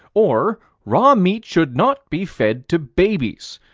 or raw meat should not be fed to babies.